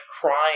crying